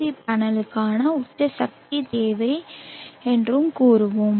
we பேனலுக்கான உச்ச சக்தி தேவை என்றும் கூறுவோம்